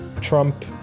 Trump